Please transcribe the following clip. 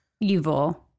evil